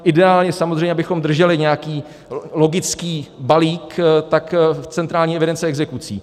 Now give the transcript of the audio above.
Ideálně samozřejmě, abychom drželi nějaký logický balík, tak v centrální evidenci exekucí.